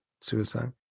suicide